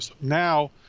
Now